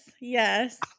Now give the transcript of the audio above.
yes